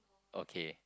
okay